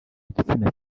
igitsina